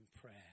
prayer